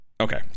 Okay